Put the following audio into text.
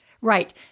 Right